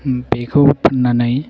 बेखौ फाननानै